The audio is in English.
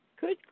Good